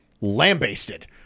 lambasted